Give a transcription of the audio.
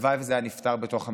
הלוואי שזה היה נפתר בתוך הממשלה.